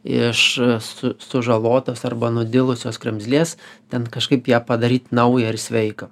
iš su sužalotos arba nudilusios kremzlės ten kažkaip ją padaryt naują ar sveiką